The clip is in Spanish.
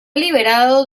liberado